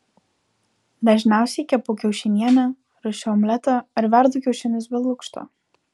dažniausiai kepu kiaušinienę ruošiu omletą ar verdu kiaušinius be lukšto